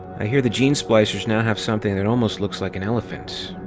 i hear the genesplicers now have something that almost looks like an elephant.